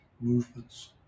movements